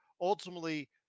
ultimately